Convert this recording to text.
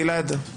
גלעד, תודה.